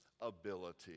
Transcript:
ability